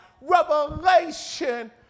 revelation